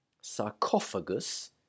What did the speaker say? sarcophagus